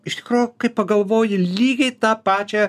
iš tikro kai pagalvoji lygiai tą pačią